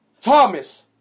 Thomas